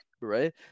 right